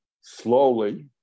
slowly